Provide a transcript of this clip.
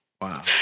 Wow